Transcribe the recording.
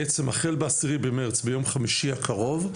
בעצם החל ב-10 במרץ ביום חמישי הקרוב,